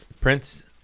prince